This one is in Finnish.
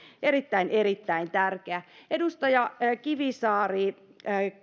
erittäin erittäin tärkeä edustaja kivisaari